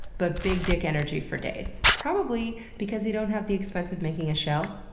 but big dick energy for days, probably because they don't have the expense of making a shell.